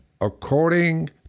according